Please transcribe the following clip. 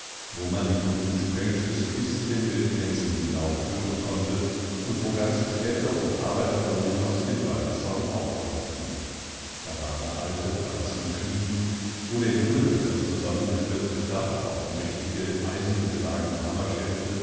wo man die dumpfen sprengschüsse bis zu den wildgänsen hinauf hören konnte und wo ganze städte und arbeiterwohnungen aus dem waldessaum auftauchten da waren alte verlasseneschmieden woderjungedurchdaszusammengestürztedach auf mächtige eisenbeschlagene hammerschäfte